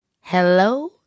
Hello